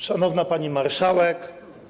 Szanowna Pani Marszałek!